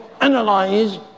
analyze